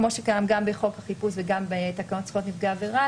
כמו שקיים גם בחוק החיפוש וגם בתקנות זכויות נפגעי עבירה,